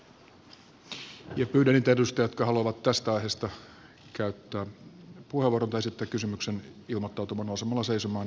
pyydän niitä edustajia jotka haluavat tästä aiheesta käyttää puheenvuoron tai esittää kysymyksen ilmoittautumaan nousemalla seisomaan ja painamalla v painiketta